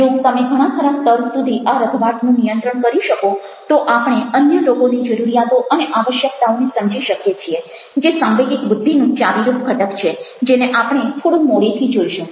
જો તમે ઘણાખરા સ્તર સુધી આ રઘવાટનું નિયંત્રણ કરી શકો તો આપણે અન્ય લોકોની જરૂરિયાતો અને આવશ્યકતાઓને સમજી શકીએ છીએ જે સાંવેગિક બુદ્ધિનું ચાવીરૂપ ઘટક છે જેને આપણે થોડું મોડેથી જોઈશું